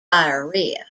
diarrhea